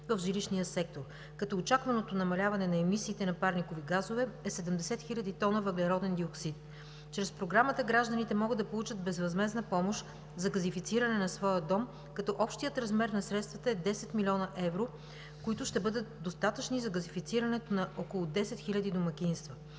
в жилищния сектор. Очакваното намаляване на емисиите на парникови газове е 70 хиляди тона въглероден диоксид. Чрез Програмата гражданите могат да получат безвъзмездна помощ за газифициране на своя дом, като общият размер на средствата е 10 млн. евро, които ще бъдат достатъчни за газифицирането на около 10 хиляди домакинства.